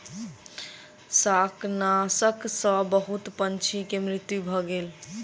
शाकनाशक सॅ बहुत पंछी के मृत्यु भ गेल